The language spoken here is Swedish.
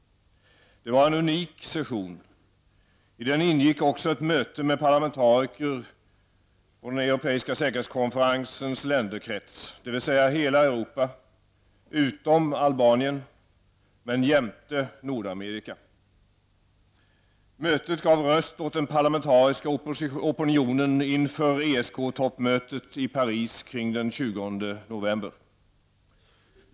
Det var en unik session. I den ingick också ett möte med parlamentariker från den europeiska säkerhetskonferensens länderkrets, dvs. hela Europa, utom Albanien, men jämte Nordamerika. Mötet gav röst åt den parlamentariska opinionen inför ESK-toppmötet i Paris omkring den 20 november.